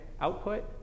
output